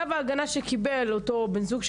צו ההגנה שקיבל אותו בן הזוג,